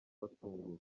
batunguwe